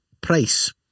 price